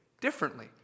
differently